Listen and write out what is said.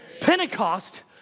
Pentecost